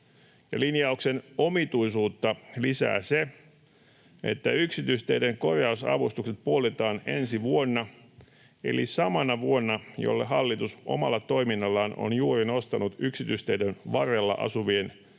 Linjauksen omituisuutta lisää se, että yksityisteiden korjausavustukset puolitetaan ensi vuonna, eli samana vuonna, jolle hallitus omalla toiminnallaan on juuri nostanut yksityisteiden varrella asuvien ja